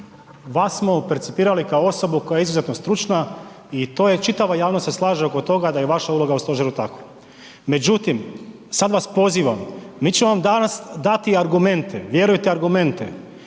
vas smo percipirali kao osobu koja je izuzetno stručna i to je, čitava javnost se slaže oko toga da je vaša uloga u stožera takva. Međutim, sad vas pozivam, mi ćemo vam danas dati argumente, vjerujte, argumente